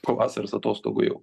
po vasaros atostogų jau